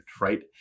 right